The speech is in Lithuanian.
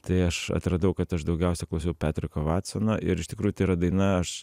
tai aš atradau kad aš daugiausia klausiau petriko vatsono ir iš tikrųjų tai yra daina aš